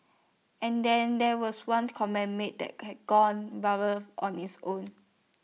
and then there was one comment made that has gone viral on its own